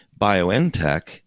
BioNTech